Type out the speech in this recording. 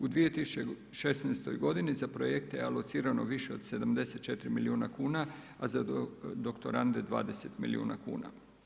U 2016. godini za projekte je alocirano više od 74 milijuna kuna a za doktorande 20 milijuna kuna.